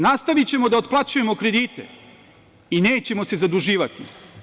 Nastavićemo da otplaćujemo kredite i nećemo se zaduživati.